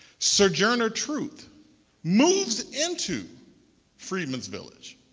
sojourner truth moves into freedman's village.